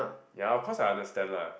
ya of course I understand lah